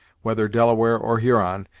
whether delaware or huron,